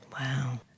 Wow